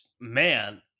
man